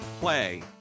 play